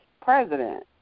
president